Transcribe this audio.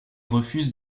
refuse